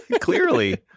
Clearly